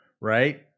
right